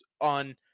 on